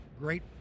great